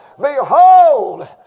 behold